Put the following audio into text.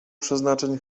przeznaczeń